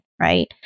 right